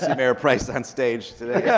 ah mayor price on stage today.